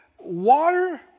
Water